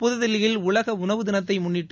புதுதில்லியில் உலக உணவு தினத்தை முன்னிட்டு